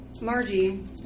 Margie